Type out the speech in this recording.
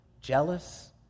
jealous